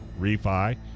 refi